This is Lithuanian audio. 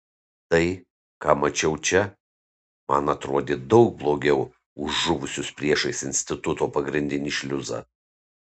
tai ką mačiau čia man atrodė daug blogiau už žuvusius priešais instituto pagrindinį šliuzą